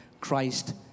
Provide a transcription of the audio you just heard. Christ